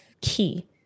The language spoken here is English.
key